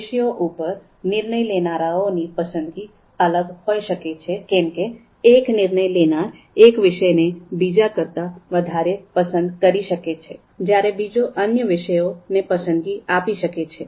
વિષયો ઉપર નિર્ણય લેનારાઓ ની પસંદગી અલગ હોઇ શકે છે કેમ કે એક નિર્ણય લેનાર એક વિષય ને બીજા કરતા વધારે પસંદ કરી શકે છે જ્યારે બીજો અન્ય વિષયો ને પસંદગી આપી શકે છે